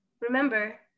remember